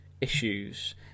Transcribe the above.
issues